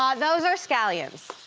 um those are scallions.